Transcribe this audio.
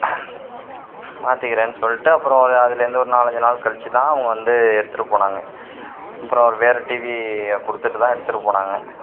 மாற்றிக்குறன்னு சொல்லிவிட்டு அப்புறம் ஒரு அதுலேருந்து ஒரு நாலஞ்சு நாள் கழித்து தான் அவங்க வந்து எடுத்துகிட்டு போனாங்க அப்புறம் வேறே டிவியை கொடுத்துட்டு தான் எடுத்துகிட்டு போனாங்க